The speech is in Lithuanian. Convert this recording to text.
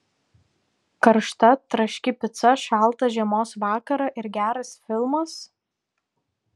karšta traški pica šaltą žiemos vakarą ir geras filmas